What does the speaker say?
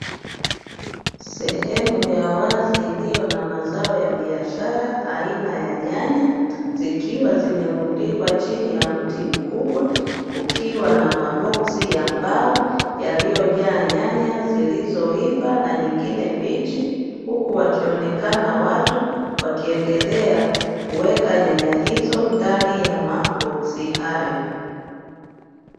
Sehemu ya wazi iliyo na mazao ya biashara aina ya nyanya, zikiwa zimerundikwa chini ya mti mkubwa kukiwa na maboksi, ya mbao yaliyo jaa nyanya zilizoiva na nyingine mbichi, huku wakionekana watu wakiendelea kuweka nyanya hizo ndani ya maboksi hayo.